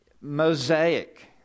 Mosaic